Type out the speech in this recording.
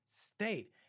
state